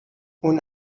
اون